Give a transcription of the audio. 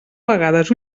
vegades